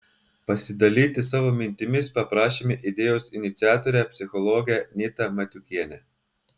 pasidalyti savo mintimis paprašėme idėjos iniciatorę psichologę nidą matiukienę